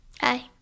Hi